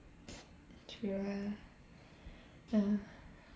true ah